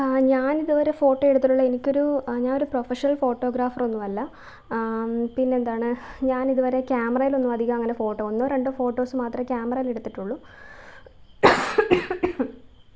ഞാൻ ഇതുവരെ ഫോട്ടോ എടുത്തിട്ടുള്ളത് എനിക്കൊരൂ ഞാനൊരു പ്രൊഫഷണൽ ഫോട്ടോഗ്രാഫറൊന്നുമല്ല പിന്നെന്താണ് ഞാനിതുവരെ ക്യാമറയിലൊന്നുമധികമങ്ങനെ ഫോട്ടോ ഒന്നോ രണ്ടോ ഫോട്ടോസ് മാത്രമേ ക്യാമറയിലെടുത്തിട്ടുള്ളൂ